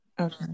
Okay